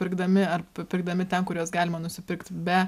pirkdami ar pirkdami ten kur juos galima nusipirkt be